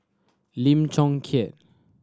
Lim Chong Keat